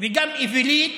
וגם אווילית,